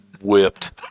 whipped